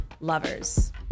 lovers